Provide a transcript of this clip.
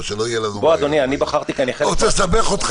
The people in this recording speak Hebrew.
אני בחרתי כי אני --- אני לא רוצה לסבך אותך.